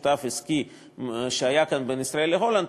עסקי משותף שהיה כאן בין ישראל להולנד,